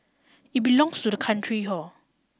it belongs to the country hor